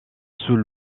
sous